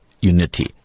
unity